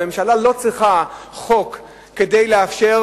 הממשלה לא צריכה חוק כדי לאפשר